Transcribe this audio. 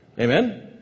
Amen